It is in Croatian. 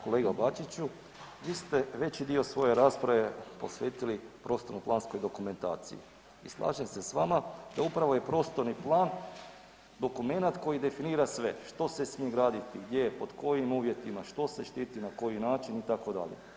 Kolega Bačiću, vi ste veći dio svoje rasprave posvetili prostorno-planskoj dokumentaciji i slažem se sa vama da upravo je prostorni plan dokumenat koji definira sve što se smije graditi, gdje, pod kojim uvjetima, što se štiti na koji način itd.